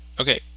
Okay